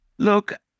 Look